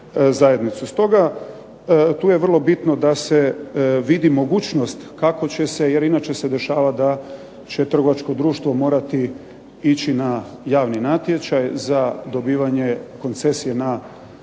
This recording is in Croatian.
zajednicu. Stoga, tu je vrlo bitno da se vidi mogućnost kako će se jer inače se dešava da će trgovačko društvo morati ići na javni natječaj za dobivanje koncesije na